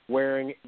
wearing